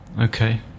Okay